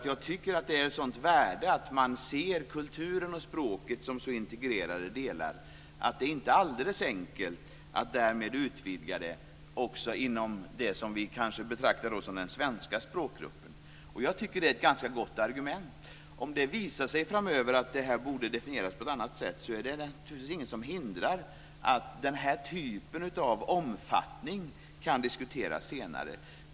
Jag tycker att det är av sådant värde att man ser kulturen och språket som så integrerade delar att det inte är alldeles enkelt att utvidga inom det som vi kanske betraktar som den svenska språkgruppen. Jag tycker att det är ett ganska gott argument. Om det visar sig framöver att det borde definieras på ett annat sätt är det naturligtvis inget som hindrar att den här typen av omfattning kan diskuteras senare.